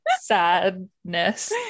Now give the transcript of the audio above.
sadness